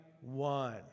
one